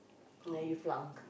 may you flunk